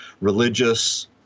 religious